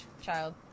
child